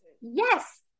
yes